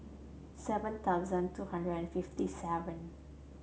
seven thousand two hundred and fifty seven